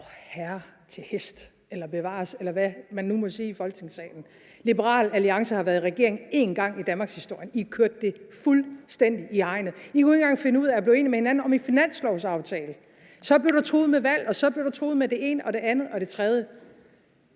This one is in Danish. Vorherre til hest eller bevares – eller hvad man nu må sige i Folketingssalen. Liberal Alliance har været i regering én gang i Danmarkshistorien, og I kørte det fuldstændig i hegnet. I kunne ikke engang finde ud af at blive enige med hinanden om en finanslovsaftale. Så blev der truet med valg, og så blev der truet med det ene og det andet og det tredje.